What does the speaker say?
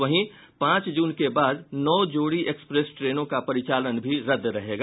वहीं पांच जून के बाद नौ जोड़ी एक्सप्रेस ट्रेनों का परिचालन भी रद्द रहेगा